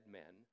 men